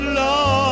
love